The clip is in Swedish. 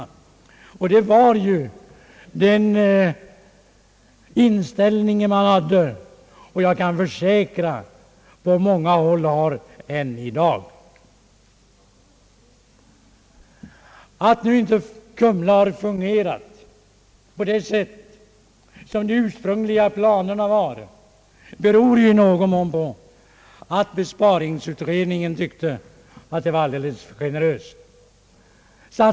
Det var den inställning man hade och — det kan jag försäkra — på många håll har än i dag. Att Kumlaanstalten inte har fungerat på det sätt som avsågs i de ursprungliga planerna beror i någon mån på att besparingsutredningen tyckte att anstalten var alldeles för generöst tilltagen.